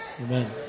Amen